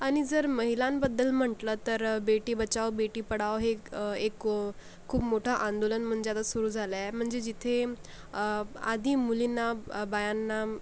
आणि जर महिलांबद्दल म्हटलं तर बेटी बचाव बेटी पढाव हे एक एक खूप मोठं आंदोलन म्हणजे आता सुरू झालंय म्हणजे जिथे आधी मुलींना बायांना